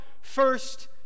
first